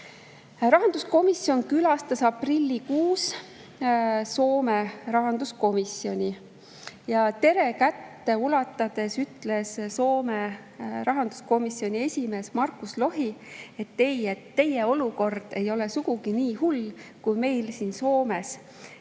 Rahanduskomisjon külastas aprillikuus Soome [parlamendi] rahanduskomisjoni. Terekätt ulatades ütles Soome rahanduskomisjoni esimees Markus Lohi: "Ei, teie olukord ei ole sugugi nii hull kui meil siin Soomes."